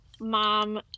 mom